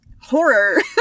Horror